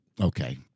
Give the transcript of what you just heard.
Okay